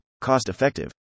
cost-effective